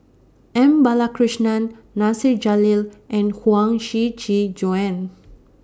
M Balakrishnan Nasir Jalil and Huang Shiqi Joan